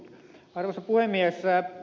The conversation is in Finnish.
arvoisa puhemies